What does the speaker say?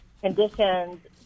conditions